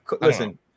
listen